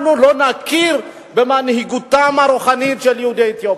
אנחנו לא נכיר במנהיגותם הרוחנית של יהודי אתיופיה.